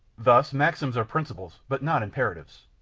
thus maxims are principles, but not imperatives.